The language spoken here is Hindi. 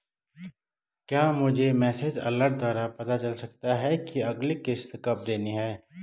क्या मुझे मैसेज अलर्ट द्वारा पता चल सकता कि अगली किश्त कब देनी है?